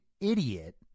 idiot